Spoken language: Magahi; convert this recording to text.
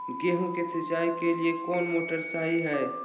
गेंहू के सिंचाई के लिए कौन मोटर शाही हाय?